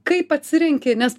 kaip atsirenki nes